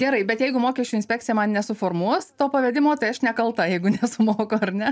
gerai bet jeigu mokesčių inspekcija man nesuformuos to pavedimo tai aš nekalta jeigu nesumoku ar ne